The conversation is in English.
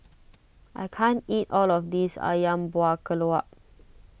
I can't eat all of this Ayam Buah Keluak